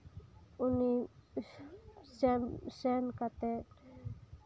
ᱩᱱᱤ ᱥᱮᱱ ᱥᱮᱱ ᱠᱟᱛᱮ